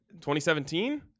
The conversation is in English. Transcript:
2017